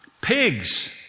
Pigs